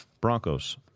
Broncos